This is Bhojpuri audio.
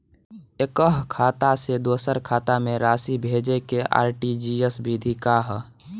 एकह खाता से दूसर खाता में राशि भेजेके आर.टी.जी.एस विधि का ह?